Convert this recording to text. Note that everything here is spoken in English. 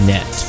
Net